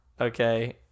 Okay